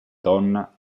donna